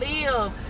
live